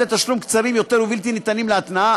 תשלום קצרים יותר ובלתי ניתנים להתנאה,